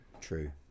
True